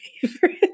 favorite